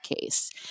case